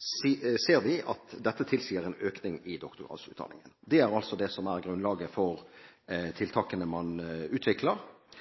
ser vi at dette tilsier en økning i doktorgradsutdanningen.» Det er altså det som er grunnlaget for tiltakene man utvikler.